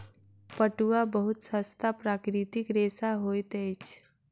पटुआ बहुत सस्ता प्राकृतिक रेशा होइत अछि